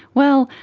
well,